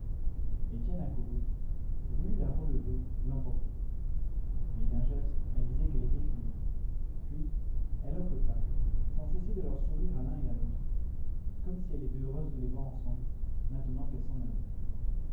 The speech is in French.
étienne accourut voulut la relever l'emporter mais d'un geste elle disait qu'elle était finie puis elle hoqueta sans cesser de leur sourire à l'un et à l'autre comme si elle était heureuse de les voir ensemble maintenant qu'elle s'en allait